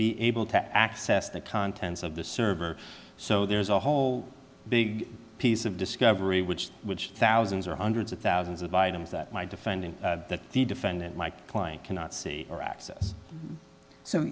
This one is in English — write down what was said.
be able to access the contents of the server so there's a whole big piece of discovery which which thousands or hundreds of thousands of items that my defending that the defendant my client cannot see or